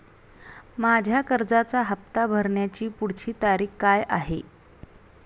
माझ्या कर्जाचा हफ्ता भरण्याची पुढची तारीख काय आहे?